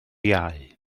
iau